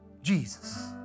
Jesus